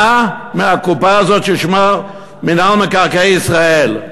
מהקופה הזאת ששמה מינהל מקרקעי ישראל.